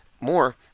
more